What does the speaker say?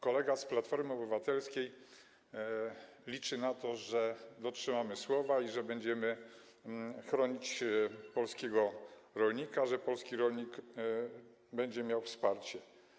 Kolega z Platformy Obywatelskiej liczy na to, że dotrzymamy słowa i że będziemy chronić polskiego rolnika, że polski rolnik będzie miał wsparcie.